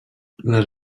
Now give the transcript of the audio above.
les